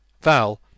Val